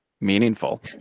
meaningful